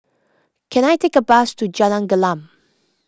can I take a bus to Jalan Gelam